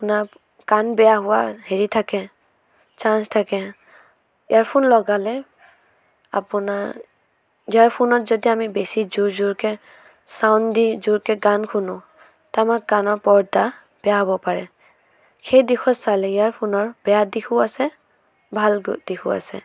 শুনা কাণ বেয়া হোৱাৰ হেৰি থাকে চান্স থাকে এয়াৰফোন লগালে আপোনাৰ এয়াৰফোনত যদি আমি বেছি জোৰ জোৰকৈ চাউণ্ড দি জোৰকৈ গান শুনো ত' আমাৰ কাণৰ পৰ্দা বেয়া হ'ব পাৰে সেই দিশত চালে এয়াৰফোনৰ বেয়া দিশো আছে ভাল দিশো আছে